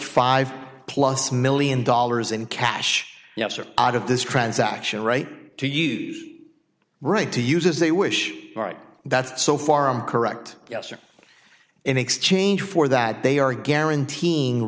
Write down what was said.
five plus million dollars in cash yes or out of this transaction right to use right to use as they wish right now that so far i'm correct yes or in exchange for that they are guaranteeing